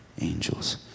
angels